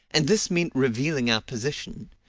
and this meant revealing our position,